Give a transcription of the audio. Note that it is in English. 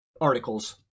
articles